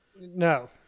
No